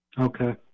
Okay